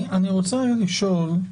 אני רוצה לשאול,